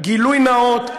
גילוי נאות,